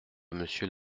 monsieur